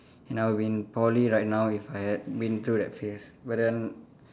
and I would be in Poly right now if I had been through that phase but then